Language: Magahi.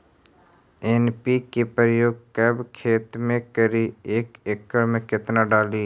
एन.पी.के प्रयोग कब खेत मे करि एक एकड़ मे कितना डाली?